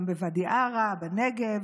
גם בוואדי עארה, בנגב,